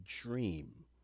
dream